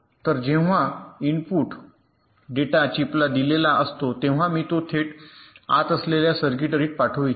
तर जेव्हा input data चिपला दिलेला असतो तेव्हा मी तो थेट आत असलेल्या सर्किटरीत पाठवू इच्छितो